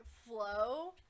flow